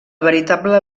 veritable